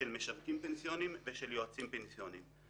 של משרתים פנסיוניים ושל יועצים פנסיוניים.